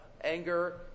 anger